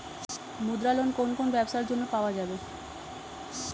মুদ্রা লোন কোন কোন ব্যবসার জন্য পাওয়া যাবে?